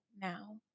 now